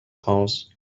house